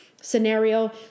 scenario